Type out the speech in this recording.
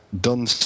done –